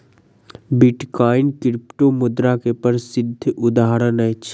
bitcoin क्रिप्टोमुद्रा के प्रसिद्ध उदहारण अछि